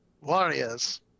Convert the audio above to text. warriors